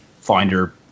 finder